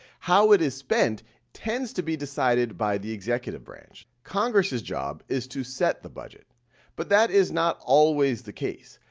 how it is spent tends to be decided by the executive branch. congress's job is to set the budget but that is not always the case.